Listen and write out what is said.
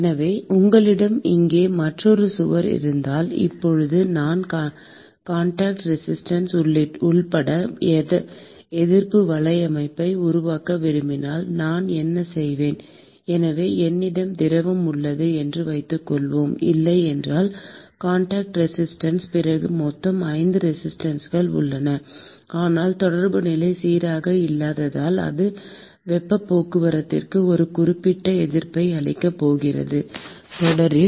எனவே உங்களிடம் இங்கே மற்றொரு சுவர் இருந்தால் இப்போது நான் காண்டாக்ட் ரெசிஸ்டன்ஸ் உட்பட எதிர்ப்பு வலையமைப்பை உருவாக்க விரும்பினால் நான் என்ன செய்வேன் எனவே என்னிடம் திரவம் உள்ளது என்று வைத்துக்கொள்வோம் இல்லை என்றால் காண்டாக்ட் ரெசிஸ்டன்ஸ் பிறகு மொத்தம் 5 ரெசிஸ்டன்ஸ்கள் உள்ளன ஆனால் தொடர்பு நிலை சீராக இல்லாததால் அது வெப்பப் போக்குவரத்திற்கு ஒரு குறிப்பிட்ட எதிர்ப்பை அளிக்கப் போகிறது தொடரில்